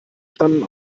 standen